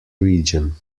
region